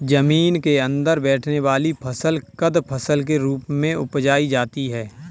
जमीन के अंदर बैठने वाली फसल कंद फसल के रूप में उपजायी जाती है